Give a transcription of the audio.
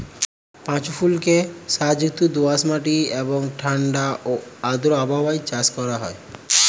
পাঁচু ফুলকে সারযুক্ত দোআঁশ মাটি এবং ঠাণ্ডা ও আর্দ্র আবহাওয়ায় চাষ করা হয়